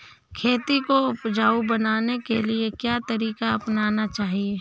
खेती को उपजाऊ बनाने के लिए क्या तरीका अपनाना चाहिए?